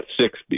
six